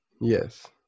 Yes